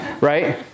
Right